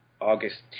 August